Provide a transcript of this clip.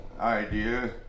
idea